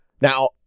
Now